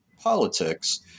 politics